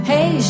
Hey